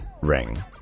ring